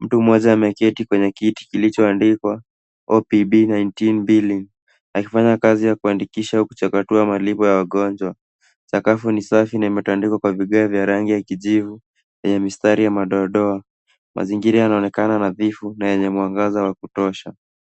Mtu mmoja ameketi kwenye kiti kilichoandikwa OPB 192 akifanya kazi ya kuandikisha au kuchakatua malipo ya wagonjwa. Sakafu ni safi na imetandikwa kwa vigae vya rangi ya kijivu yenye mistari ya madoadoa. Mazingira yanaonekana nadhifu na yenye mwangaza wa kutosha.